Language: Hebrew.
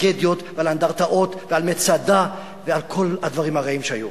טרגדיות ועל אנדרטאות ועל מצדה ועל כל הדברים הרעים שהיו.